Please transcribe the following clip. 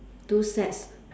two sets